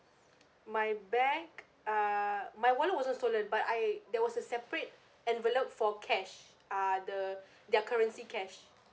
my bag ah my wallet wasn't stolen but I there was a separate envelope for cash ah the their currency cash